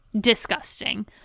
Disgusting